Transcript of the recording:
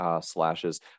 slashes